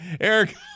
Eric